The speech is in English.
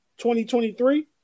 2023